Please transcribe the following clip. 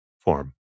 form